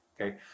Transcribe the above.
Okay